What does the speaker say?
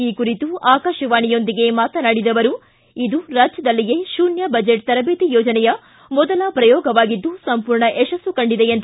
ಈ ಕುರಿತು ಆಕಾಶವಾಣಿಯೊಂದಿಗೆ ಮಾತನಾಡಿದ ಅವರು ಇದು ರಾಜ್ಯದಲ್ಲಿಯೇ ಶೂನ್ಯ ಬಜೆಟ್ ತರಬೇತಿ ಯೋಜನೆಯ ಮೊದಲ ಪ್ರಯೋಗವಾಗಿದ್ದು ಸಂಪೂರ್ಣ ಯಶಸ್ಸು ಕಂಡಿದೆ ಎಂದು ಹೇಳಿದರು